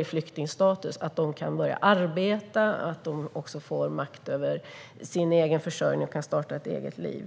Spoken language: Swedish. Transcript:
Vi behöver stödja dem, så att de kan börja arbeta, får makt över sin egen försörjning och kan starta ett eget liv.